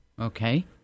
Okay